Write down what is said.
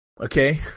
Okay